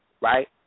right